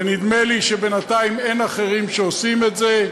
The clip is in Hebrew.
ונדמה לי שבינתיים אין אחרים שעושים את זה,